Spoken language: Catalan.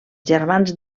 germans